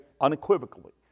unequivocally